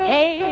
Hey